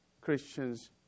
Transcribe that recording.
Christians